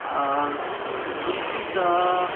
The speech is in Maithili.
आओर कृषि तऽ